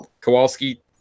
Kowalski